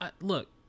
Look